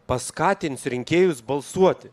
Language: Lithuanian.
paskatins rinkėjus balsuoti